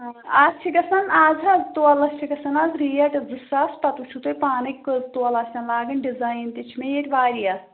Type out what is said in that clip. آ اَتھ چھِ گژھان اَز حظ تولَس چھِ گژھان اَز ریٹ زٕ ساس پَتہٕ وُچھِو تُہۍ پانَے کٔژ تولہٕ آسن لاگٕنۍ ڈِزایِن تہِ چھِ مےٚ ییٚتہِ واریاہ